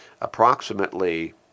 Approximately